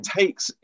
takes